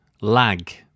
Lag